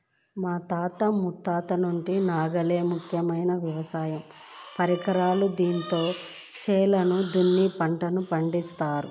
మా తాత ముత్తాతల నుంచి నాగలే ముఖ్యమైన వ్యవసాయ పరికరం, దీంతోనే చేలను దున్ని పంటల్ని పండిత్తారు